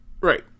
Right